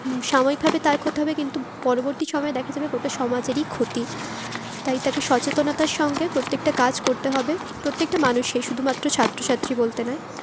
সাময়িকভাবে তার ক্ষতি হবে কিন্তু পরবর্তী সময়ে দেখা যাবে গোটা সমাজেরই ক্ষতি তাই তাকে সচেতনতার সঙ্গে প্রত্যেকটা কাজ করতে হবে প্রত্যেকটা মানুষের শুধুমাত্র ছাত্র ছাত্রী বলতে নয়